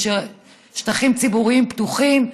שטחים ציבוריים פתוחים.